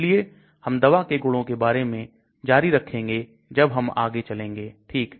इसलिए हम दवा के गुणों के बारे में जारी रखेंगे जब हम आगे चलेंगे ठीक